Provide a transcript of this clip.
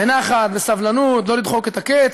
בנחת, בסבלנות, לא לדחוק את הקץ.